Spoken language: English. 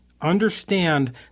Understand